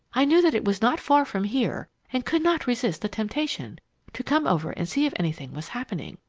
i knew that it was not far from here and could not resist the temptation to come over and see if anything was happening.